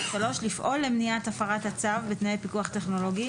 לפעול למניעת הפרת הצו הגנה בתנאי פיקוח טכנולוגי,